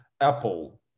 apple